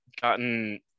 gotten